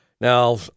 Now